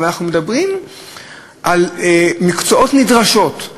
אבל אנחנו מדברים על מקצועות נדרשים,